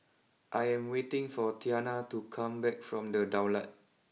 I am waiting for Tianna to come back from the Daulat